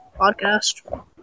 podcast